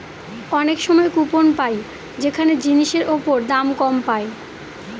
অনেক সময় কুপন পাই যেখানে জিনিসের ওপর দাম কম পায়